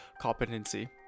Competency